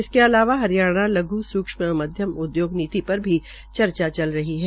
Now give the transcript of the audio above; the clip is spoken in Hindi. इसके ईलावा हरियाणा लघ् सूक्ष्म व मध्य उदयोग नीति पर भी चर्चा चल रही है